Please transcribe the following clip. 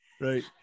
Right